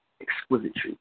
Exquisitely